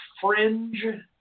fringe